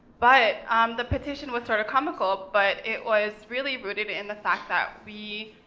but um the petition was sort of comical, but it was really rooted in the fact that we,